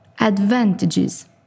advantages